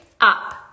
up